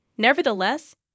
Nevertheless